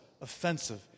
offensive